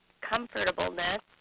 comfortableness